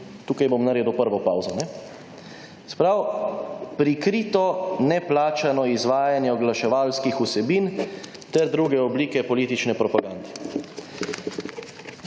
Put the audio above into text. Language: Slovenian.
tukaj bom naredil prvo pavzo. Se pravi, prikrito neplačano izvajanje oglaševalskih vsebin ter druge oblike politične propagande.